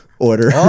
order